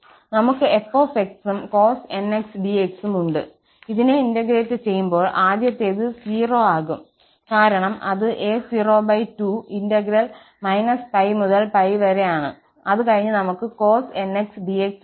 നമുക് f ഉം cos nx dx ഉം ഉണ്ട് ഇതിനെ ഇന്റഗ്രേറ്റ് ചെയ്യുമ്പോൾ ആദ്യത്തേത് 0 ആകും കാരണം അത് a02 ഇന്റഗ്രൽ - π മുതൽ π വരെ ആണ് അതുകഴിഞ്ഞ് നമുക് cos nx dx ഉണ്ട്